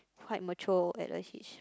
quite mature at her age